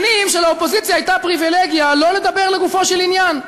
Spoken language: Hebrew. שנים שלאופוזיציה הייתה פריבילגיה שלא לדבר לגופו של עניין,